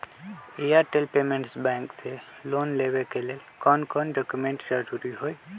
Airtel payments bank से loan लेवे के ले कौन कौन डॉक्यूमेंट जरुरी होइ?